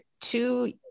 two